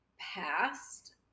past